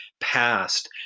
past